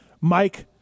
Mike